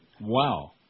Wow